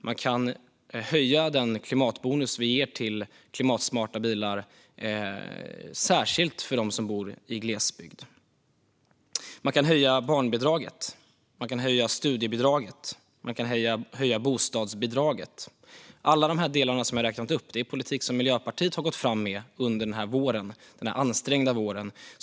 Man kan höja den klimatbonus vi ger till klimatsmarta bilar, särskilt för dem som bor i glesbygd. Man kan höja barnbidraget. Man kan höja studiebidraget. Man kan höja bostadsbidraget. Alla de här delarna som jag har räknat upp är politik som Miljöpartiet har gått fram med under den här ansträngda våren.